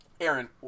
Aaron